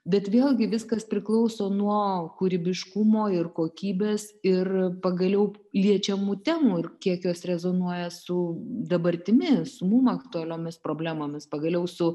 bet vėlgi viskas priklauso nuo kūrybiškumo ir kokybės ir pagaliau liečiamų temų ir kiek jos rezonuoja su dabartimi su mum aktualiomis problemomis pagaliau su